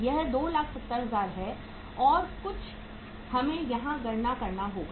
यह 270000 है और कुछ हमें यहां गणना करना होगा